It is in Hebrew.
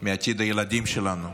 מעתיד הילדים שלנו,